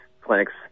clinics